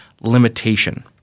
limitation